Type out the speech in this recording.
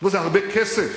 יש בזה הרבה כסף.